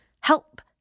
Help